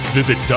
Visit